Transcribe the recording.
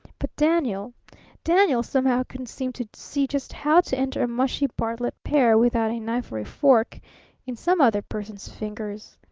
but daniel daniel somehow couldn't seem to see just how to enter a mushy bartlett pear without a knife or a fork in some other person's fingers.